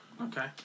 Okay